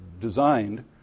designed